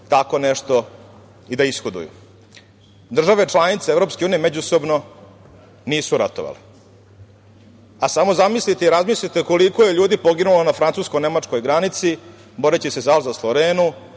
tako nešto i da ishoduju. Države članice EU međusobno nisu ratovale. Samo zamislite i razmislite koliko je ljudi poginulo na Francusko-Nemačkoj granici boreći se za Azos, Lorenu,